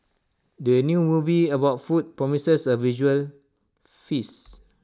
the new movie about food promises A visual feast